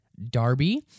Darby